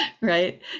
right